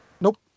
Nope